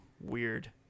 weird